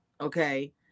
Okay